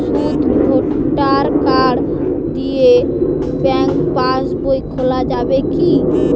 শুধু voter card দিয়ে bank pass বই খোলা যাবে কিনা?